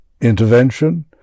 intervention